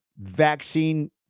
vaccine